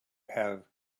have